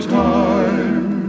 time